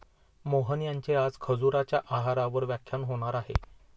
मोहन यांचे आज खजुराच्या आहारावर व्याख्यान होणार आहे